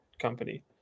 company